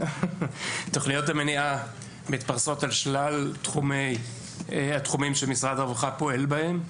תוכניות המניעה מתפרסות על שלל התחומים שמשרד הרווחה פועל בהם.